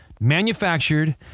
manufactured